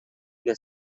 для